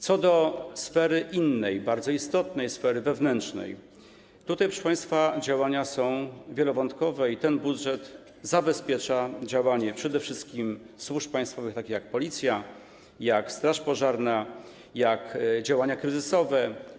Co do innej sfery, bardzo istotnej sfery wewnętrznej, proszę państwa, to działania są wielowątkowe i ten budżet zabezpiecza działanie przede wszystkim służb państwowych, takich jak Policja, jak straż pożarna, także działania kryzysowe.